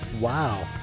Wow